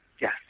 Yes